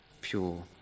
pure